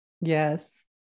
Yes